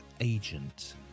agent